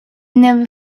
never